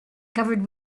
covered